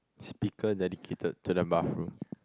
speaker dedicated to the bathroom